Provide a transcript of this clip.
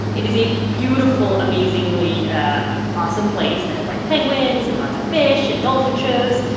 it is a beautiful, amazingly ah awesome place that has, like, penguins and lots of fish and dolphin shows.